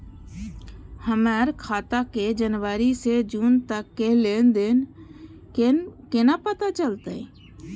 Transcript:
हमर खाता के जनवरी से जून तक के लेन देन केना पता चलते?